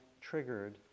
triggered